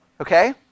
Okay